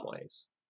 ways